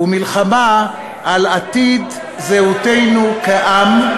הוא מלחמה על עתיד זהותנו כעם,